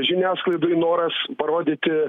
žiniasklaidoj noras parodyti